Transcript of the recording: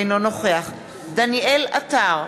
אינו נוכח דניאל עטר,